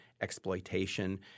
exploitation